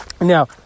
Now